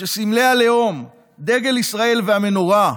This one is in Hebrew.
כשסמלי הלאום, דגל ישראל והמנורה,